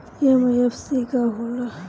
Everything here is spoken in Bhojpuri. एम.एफ.सी का हो़ला?